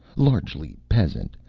largely peasant,